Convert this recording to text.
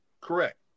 correct